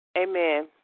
Amen